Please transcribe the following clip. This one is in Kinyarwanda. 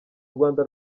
rwanda